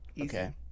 Okay